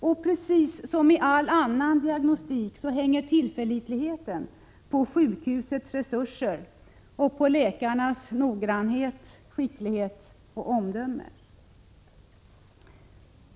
Och precis som i all annan diagnostik hänger tillförlitligheten på sjukhusets resurser och på läkarnas noggrannhet, skicklighet och omdöme.